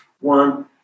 One